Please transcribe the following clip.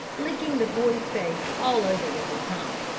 licking the boy's face all over with his tongue.